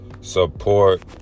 support